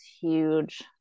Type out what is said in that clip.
huge